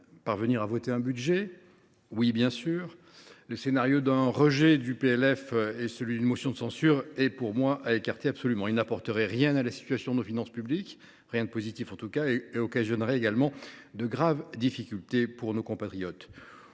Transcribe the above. parvenir à voter un budget ? Oui, bien sûr. Le scénario d’un rejet du PLF, et celui du vote d’une motion de censure, est pour moi à écarter absolument. Il n’apporterait rien à la situation de nos finances publiques – rien de positif en tout cas – et occasionnerait de graves difficultés pour nos compatriotes.